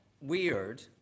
weird